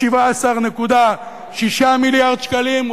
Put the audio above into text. כ-17.6 מיליארד שקלים.